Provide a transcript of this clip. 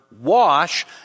wash